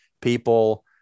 people